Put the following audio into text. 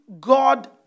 God